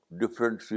different